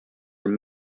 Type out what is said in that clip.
were